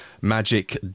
Magic